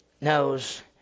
knows